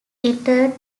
interred